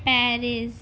Paris